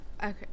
Okay